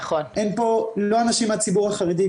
אין פה לא אנשים מהציבור החרדי,